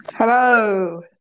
Hello